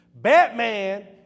Batman